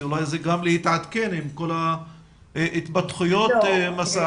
אולי זה גם להתעדכן עם כל ההתפתחויות בנושא,